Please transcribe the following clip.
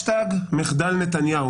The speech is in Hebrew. השטאג מחדל נתניהו.